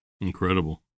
Incredible